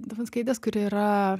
dubinskaitės kuri yra